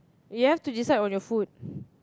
you have to decide on your food